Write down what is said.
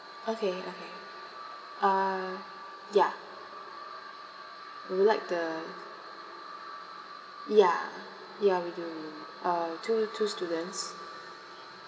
okay okay uh ya we would like the ya ya we do we do uh two two students